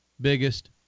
biggest